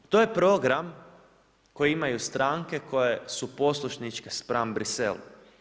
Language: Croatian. To je program koji imaju stranke koje su poslušničke spram Bruxellesa.